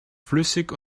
flüssig